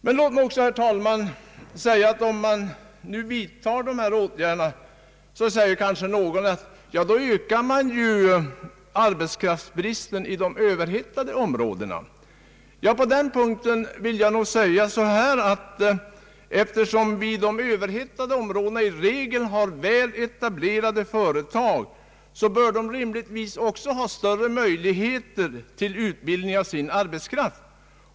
Men, herr talman, om man nu vidtar dessa åtgärder så säger kanske någon att då ökar man ju arbetskraftsbristen i de överhettade områdena. Ja, på den punkten vill jag nog säga att eftersom vi i regel har väl etablerade företag i dessa områden så bör dessa företag rimligtvis också ha större möjligheter till utbildning av sin arbetskraft.